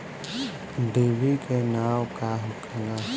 डिभी के नाव का होखेला?